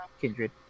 kindred